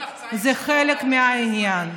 זה חלק מהעניין.